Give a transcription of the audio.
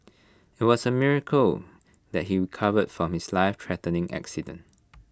IT was A miracle that he recovered from his lifethreatening accident